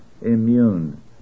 immune